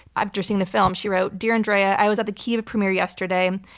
after seeing the film, she wrote, dear andrea, i was at the kyiv premier yesterday,